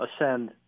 ascend